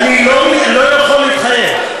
אני לא יכול להתחייב.